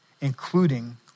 including